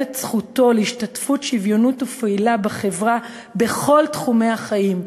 את זכותו להשתתפות שוויונית ופעילה בחברה בכל תחומי החיים".